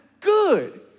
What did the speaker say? good